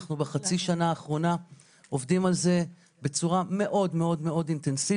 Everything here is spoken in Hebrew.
אנחנו בחצי שנה האחרונה עובדים על זה בצורה מאוד אינטנסיבית.